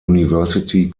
university